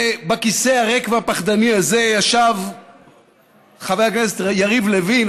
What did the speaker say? ובכיסא הריק והפחדני הזה ישב חבר הכנסת יריב לוין,